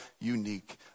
unique